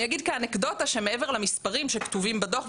אני אגיד כאנקדוטה שמעבר למספרים שכתובים בדוח,